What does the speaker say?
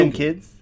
kids